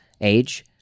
age